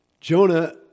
Jonah